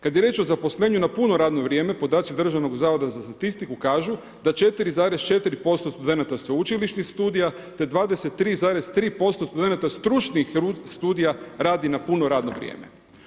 Kada je riječ o zaposlenju na puno radno vrijeme, podaci Državnog zavoda za statistiku kažu da 4,4% studenata sveučilišnih studija, te 23,3% studenata, stručnih studija radi na puno radno vrijeme.